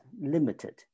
limited